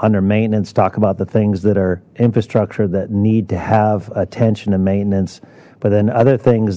under maintenance talk about the things that are infrastructure that need to have attention and maintenance but then other things